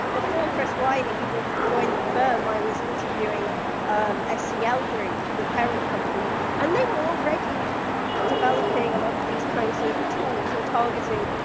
before chris wylie even joined the firm, i was interviewing um ah scl ah group, the parent company, and they were already developing a lot of these kinds of tools and targeting,